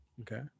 Okay